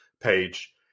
page